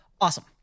Awesome